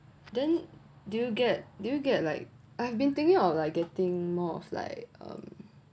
then do you get do you get like I've been thinking of like getting more of like um